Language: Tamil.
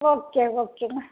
ஓகே ஓகேங்க